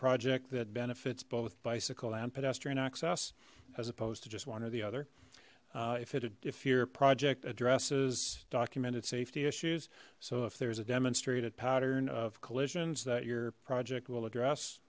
project that benefits both bicycle and pedestrian access as opposed to just one or the other if it if your project addresses documented safety issues so if there's a demonstrated pattern of collisions that your project will address